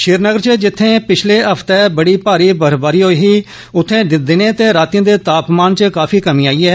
श्रीनगर च जित्थें पिछले हफ्तें बड़ी भारी बर्फबारी होई ही उत्थें दिनें ते राती दे तापमान च काफी कमी आई ऐ